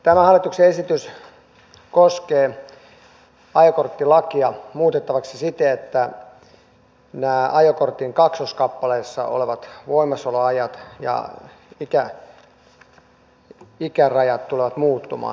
tämä hallituksen esitys koskee ajokorttilakia muutettavaksi siten että ajokortin kaksoiskappaleissa olevat voimassaoloajat ja ikärajat tulevat muuttumaan